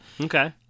Okay